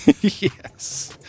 Yes